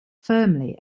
firmly